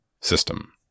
system